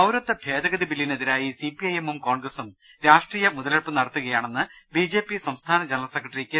പൌരത്വ ഭേദഗതി ബില്ലിനെതിരായി സി പി ഐ എമ്മും കോൺഗ്രസും രാഷ്ട്രീയ മുതലെടുപ്പ് നടത്തുകയാണെന്ന് ബി ജെ പി സംസ്ഥാന ജനറൽ സെക്രട്ടറി കെ